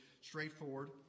straightforward